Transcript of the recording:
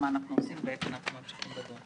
אתם ציינתם שיש עומסים ומניתם את הערים שיש בהן עומסים.